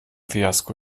fiasko